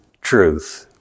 truth